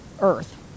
Earth